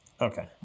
okay